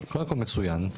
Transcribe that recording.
מצוין.